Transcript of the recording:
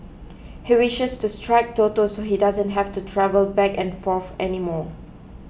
he wishes to strike Toto so he doesn't have to travel back and forth anymore